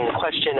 Question